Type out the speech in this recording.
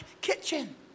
kitchen